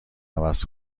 عوض